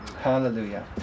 Hallelujah